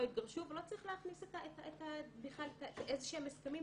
לא יתגרשו ולא צריך להכניס בכלל איזה שהם הסכמים.